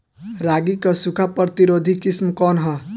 रागी क सूखा प्रतिरोधी किस्म कौन ह?